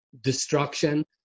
destruction